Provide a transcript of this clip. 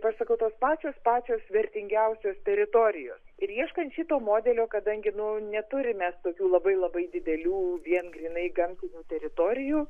pasakau tos pačios pačios vertingiausios teritorijos ir ieškant šito modelio kadangi nu neturim mes tokių labai labai didelių vien grynai gamtinių teritorijų